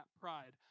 pride